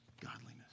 godliness